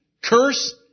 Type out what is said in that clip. curse